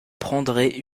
prendrai